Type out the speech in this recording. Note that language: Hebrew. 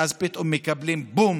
ואז פתאום מקבלים בום